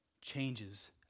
changes